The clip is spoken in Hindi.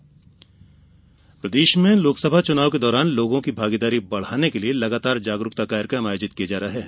मतदाता जागरूकता प्रदेश में लोकसभा चुनाव के दौरान लोगों की भागीदारी बढ़ाने के लिए लगातार जागरूकता कार्यक्रम आयोजित किये जा रहे हैं